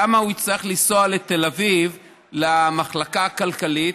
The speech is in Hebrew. למה הוא יצטרך לנסוע לתל אביב למחלקה הכלכלית?